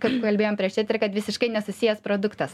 kaip kalbėjom prieš eterį kad visiškai nesusijęs produktas